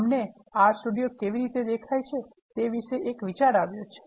અમને R studio કેવી દેખાય છે તે વિશે એક વિચાર આવ્યો છે